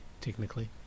Technically